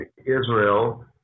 Israel